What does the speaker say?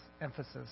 Emphasis